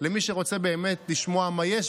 למי שרוצה באמת לשמוע מה יש,